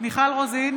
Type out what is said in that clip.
מיכל רוזין,